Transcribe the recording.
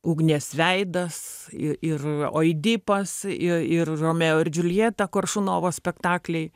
ugnies veidas ir ir oidipas i ir romeo ir džuljeta koršunovo spektakliai